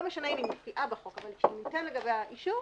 לא משנה אם היא מופיעה בחוק אבל שניתן לגביה אישור,